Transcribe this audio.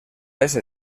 ese